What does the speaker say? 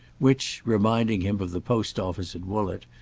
which, reminding him of the post-office at woollett,